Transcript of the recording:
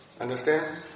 Understand